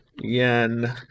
yen